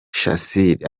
shassir